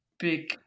big